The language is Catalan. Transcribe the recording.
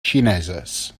xineses